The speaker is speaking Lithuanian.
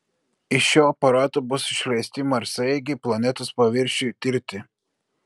iš šio aparato bus išleisti marsaeigiai planetos paviršiui tirti